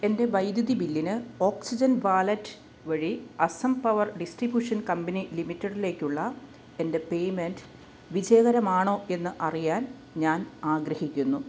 എൻ്റെ വൈദ്യുതി ബില്ലിന് ഓക്സിജൻ വാലറ്റ് വഴി അസം പവർ ഡിസ്ട്രിബ്യൂഷൻ കമ്പനി ലിമിറ്റഡിലേക്കുള്ള എൻ്റെ പേയ്മെൻ്റ് വിജയകരമാണോ എന്ന് അറിയാൻ ഞാൻ ആഗ്രഹിക്കുന്നു